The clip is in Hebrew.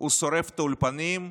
הוא שורף את האולפנים,